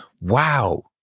Wow